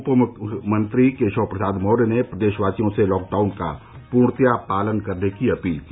उप मुख्यमंत्री केशव प्रसाद मौर्य ने प्रदेशवासियों से लॉकडाउन का पूर्णतया पालन करने की अपील की